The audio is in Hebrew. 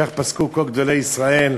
כך פסקו כל גדולי ישראל.